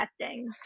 testing